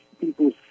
people